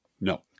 No